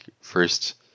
first